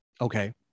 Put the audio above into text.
Okay